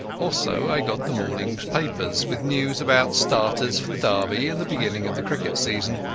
also i got the morningas papers, with news about starters for the derby and the beginning of the cricket season,